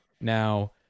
Now